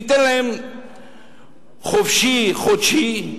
ניתן להם "חופשי חודשי"